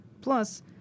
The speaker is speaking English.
Plus